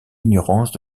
ignorance